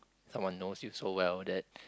someone knows you so well that